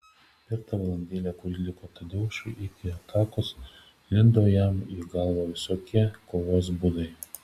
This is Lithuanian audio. per tą valandėlę kuri liko tadeušui iki atakos lindo jam į galvą visokie kovos būdai